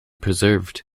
preserved